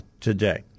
today